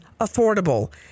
affordable